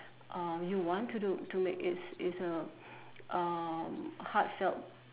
uh you want to do to make it's it's a um heartfelt